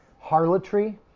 harlotry